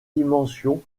dimensions